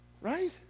right